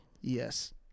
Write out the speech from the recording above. Yes